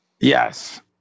Yes